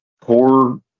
poor